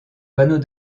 panneaux